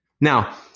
Now